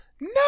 No